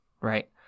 right